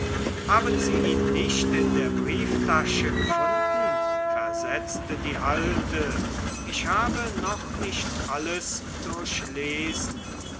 haben sie ihn nicht in der brieftasche gefunden fragte die alte ich habe noch nicht alles durchlesen